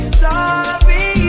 sorry